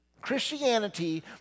Christianity